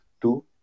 two